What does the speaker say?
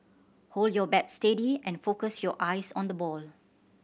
hold your bat steady and focus your eyes on the ball